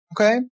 Okay